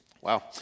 Wow